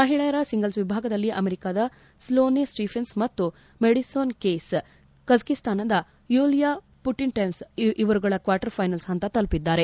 ಮಹಿಳೆಯರ ಸಿಂಗಲ್ಲ್ ವಿಭಾಗದಲ್ಲಿ ಅಮೆರಿಕದ ಸ್ನೋನೇ ಸ್ವಿಫೆನ್ಸ್ ಮತ್ತು ಮಡಿಸೊನ್ ಕೀಸ್ ಕಝಿಸ್ತಾನದ ಯೂಲಿಯಾ ಪುಟಿಂಟ್ವೆವಾ ಇವರುಗಳು ಕ್ವಾರ್ಟರ್ ಫೈನಲ್ ಹಂತ ತಲುಪಿದ್ದಾರೆ